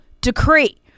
decree